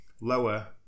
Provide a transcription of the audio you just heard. lower